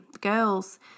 girls